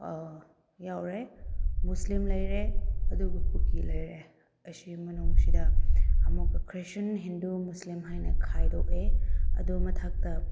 ꯌꯥꯎꯔꯦ ꯃꯨꯁꯂꯤꯝ ꯂꯩꯔꯦ ꯑꯗꯨꯒ ꯀꯨꯀꯤ ꯂꯩꯔꯦ ꯑꯁꯤ ꯃꯅꯨꯡꯁꯤꯗ ꯑꯃꯨꯛꯀ ꯈ꯭ꯔꯤꯁꯇꯦꯟ ꯍꯤꯟꯗꯨ ꯃꯨꯁꯂꯤꯝ ꯍꯥꯏꯅ ꯈꯥꯏꯗꯣꯛꯑꯦ ꯑꯗꯨ ꯃꯊꯛꯇ